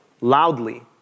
loudly